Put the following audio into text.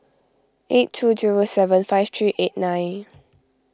eight two zero seven five three eight nine